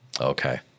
Okay